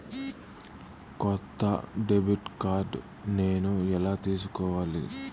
కొత్త debit card నేను ఎలా తీసుకోవాలి?